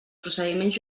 procediments